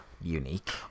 unique